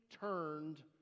turned